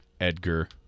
Edgar